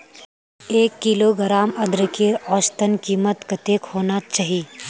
एक किलोग्राम अदरकेर औसतन कीमत कतेक होना चही?